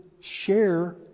share